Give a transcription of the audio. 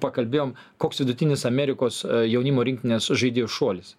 pakalbėjom koks vidutinis amerikos jaunimo rinktinės žaidėjų šuolis